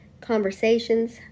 conversations